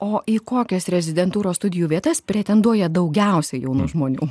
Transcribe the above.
o į kokias rezidentūros studijų vietas pretenduoja daugiausiai jaunų žmonių